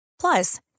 Plus